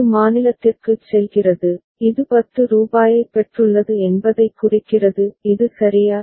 இது மாநிலத்திற்குச் செல்கிறது இது 10 ரூபாயைப் பெற்றுள்ளது என்பதைக் குறிக்கிறது இது சரியா